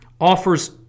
offers